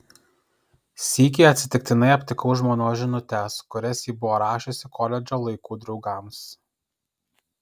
sykį atsitiktinai aptikau žmonos žinutes kurias ji buvo rašiusi koledžo laikų draugams